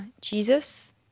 Jesus